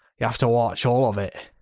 you have to watch all of it.